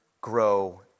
grow